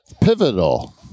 pivotal